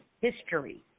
history